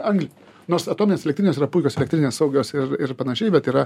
anglį nors atominės elektrinės yra puikios elektrinės saugios ir ir panašiai bet yra